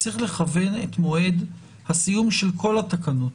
צריך לכוון את מועד הסיום של כל התקנות.